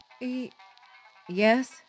E-yes